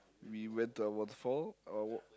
we went to our waterfall uh walk